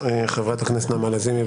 חברת הכנסת נעמה לזימי.